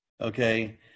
okay